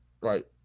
right